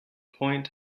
point